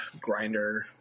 grinder